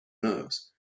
nerves